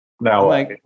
Now